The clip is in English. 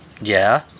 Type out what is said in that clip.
Yeah